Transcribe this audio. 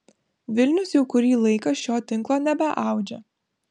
vilnius jau kurį laiką šio tinklo nebeaudžia